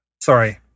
Sorry